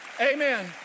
Amen